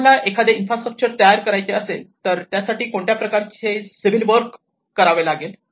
तुम्हाला एखादे इन्फ्रास्ट्रक्चर तयार करायचे असेल तर त्यासाठी कोणत्या प्रकारचे सिव्हिल वर्क लागेल